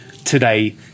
today